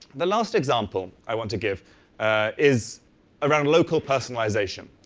the last example i wanted to give is around local personalization.